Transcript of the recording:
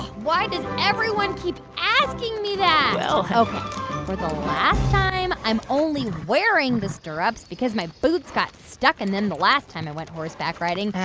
why does everyone keep asking me that? well. ok. for the last time, i'm only wearing the stirrups because my boots got stuck in them the last time i went horseback riding.